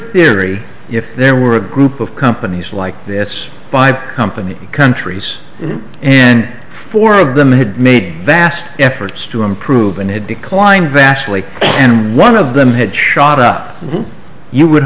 theory if there were a group of companies like this by company countries and four of them had made vast efforts to improve and had declined vastly and one of them had shot up you would